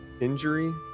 injury